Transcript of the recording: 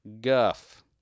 Guff